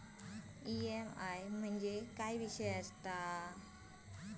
EMI म्हणजे काय विषय आसता?